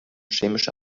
chemische